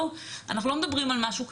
אנחנו לא מדברים על משהו כללי,